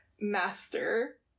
master